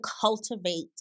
cultivate